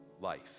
life